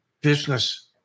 business